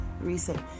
recent